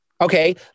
Okay